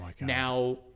Now